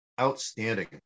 outstanding